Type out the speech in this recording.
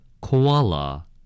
Koala